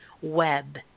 web